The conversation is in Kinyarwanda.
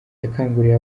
yakanguriye